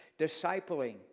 Discipling